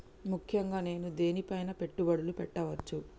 ముఖ్యంగా నేను దేని పైనా పెట్టుబడులు పెట్టవచ్చు?